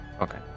okay